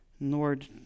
Lord